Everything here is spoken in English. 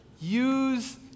use